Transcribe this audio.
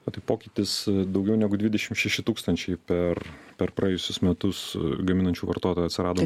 o tai pokytis daugiau negu dvidešimt šeši tūkstančiai per per praėjusius metus gaminančių vartotojų atsirado